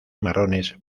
marrones